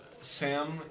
Sam